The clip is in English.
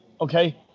Okay